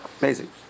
Amazing